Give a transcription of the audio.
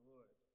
Lord